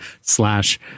slash